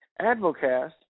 AdvoCast